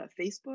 Facebook